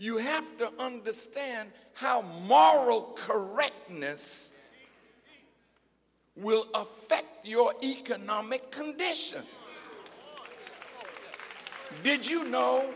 you have to understand how moral correctness will effect your economic condition did you know